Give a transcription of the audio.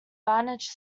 banach